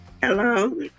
Hello